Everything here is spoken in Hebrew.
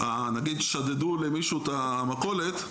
נגיד שדדו למישהו את המכולת,